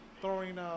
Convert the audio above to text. throwing